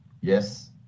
Yes